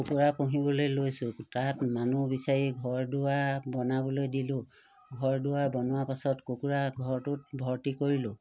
কুকুৰা পুহিবলৈ লৈছোঁ তাত মানুহ বিচাৰি ঘৰ দুৱাৰ বনাবলৈ দিলোঁ ঘৰ দুৱাৰ বনোৱা পাছত কুকুৰা ঘৰটোত ভৰ্তি কৰিলোঁ